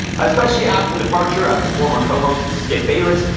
especially after the departure of his former co host skip bayless,